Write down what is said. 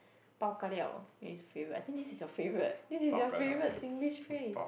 bao ka liao is favourite I think this is your favourite this is your favourite Singlish phrase